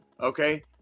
Okay